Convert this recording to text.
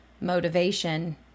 motivation